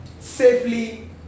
safely